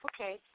Okay